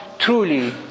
Truly